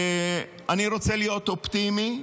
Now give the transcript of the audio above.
אני רוצה להיות אופטימי,